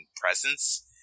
presence